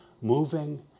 moving